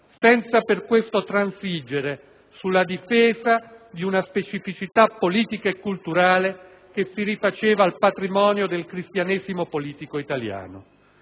senza per questo transigere sulla difesa di una specificità politica e culturale che si rifaceva al patrimonio del cristianesimo politico italiano.